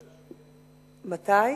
מתי?